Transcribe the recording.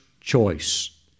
choice